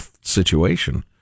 situation